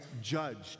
judged